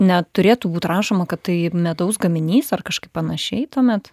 neturėtų būt rašoma kad tai medaus gaminys ar kažkaip panašiai tuomet